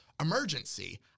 emergency